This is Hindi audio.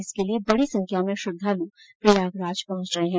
इसके लिये बड़ी संख्या में श्रद्धालु प्रयागराज पहुंच रहे है